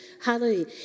Hallelujah